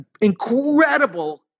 incredible